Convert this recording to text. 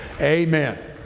amen